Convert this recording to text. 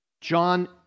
John